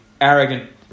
arrogant